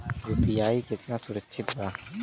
UPI कितना सुरक्षित बा?